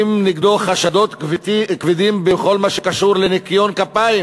נגדו חשדות כבדים בכל מה שקשור לניקיון כפיים